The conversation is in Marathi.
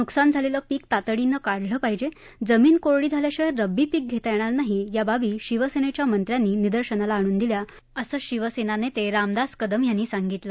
नुकसान झालेलं पीक तातडीनं काढलं पाहिजे जमीन कोरडी झाल्याशिवाय रब्बी पीक घेता येणार नाही या बाबी शिवसेनेच्या मंत्र्यांनी निदर्शनाला आणून दिल्या असं शिवसेना नेते रामदास कदम यांनी सांगितलं